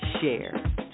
share